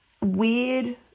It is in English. weird